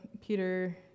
Peter